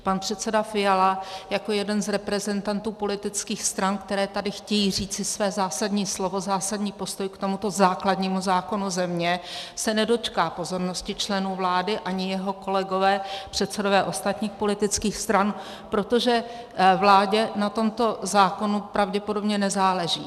Pan předseda Fiala jako jeden z reprezentantů politických stran, které tady chtějí říci své zásadní slovo, zásadní postoj k tomuto základnímu zákonu země, se nedočká pozornosti členů vlády ani jeho kolegové předsedové ostatních politických stran, protože vládě na tomto zákonu pravděpodobně nezáleží.